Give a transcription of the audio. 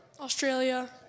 Australia